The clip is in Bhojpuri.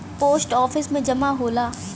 पोस्ट आफिस में जमा होला